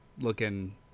looking